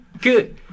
Good